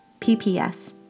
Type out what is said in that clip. PPS